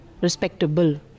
respectable